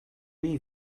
bem